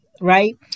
right